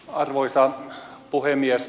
arvoisa puhemies